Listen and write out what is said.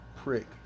prick